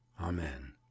amen